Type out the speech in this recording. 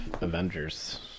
Avengers